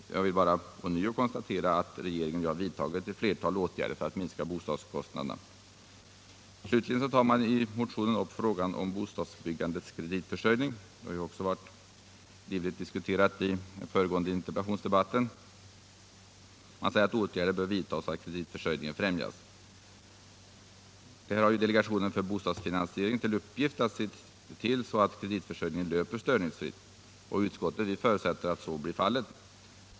Låt mig dock bara här ånyo peka på att regeringen har vidtagit flera åtgärder för att minska bostadskostnaderna. Slutligen tas i motionen upp frågan om bostadsbyggandets kreditförsörjning. Även denna fråga har livligt diskuterats i den föregående interpellationsdebatten. Utskottet framhåller att åtgärder bör vidtagas så att kreditförsörjningen främjas. Delegationen för bostadsfinansiering har till uppgift att se till att kreditförsörjningen löper störningsfritt. Utskottet förutsätter att så blir fallet.